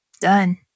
Done